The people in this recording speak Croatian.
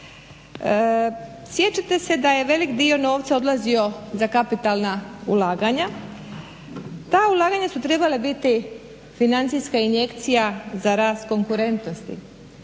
Sjećate se da je velik dio novca odlazio za kapitalna ulaganja. Ta ulaganja su trebala biti financijska injekcija za rast konkurentnosti,